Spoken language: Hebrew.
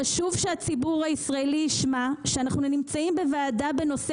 חשוב שהציבור הישראלי ישמע שאנחנו נמצאים בוועדה בנושא